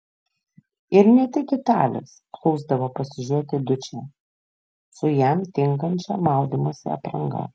ir ne tik italės plūsdavo pasižiūrėti į dučę su jam tinkančia maudymosi apranga